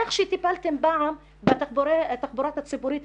איך שטיפלתם פעם בתחבורה הציבורית,